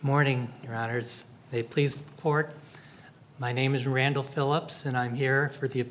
morning routers they please port my name is randall philips and i'm here for the